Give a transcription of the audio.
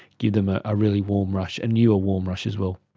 give them ah a really warm rush, and you a warm rush as well.